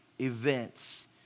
events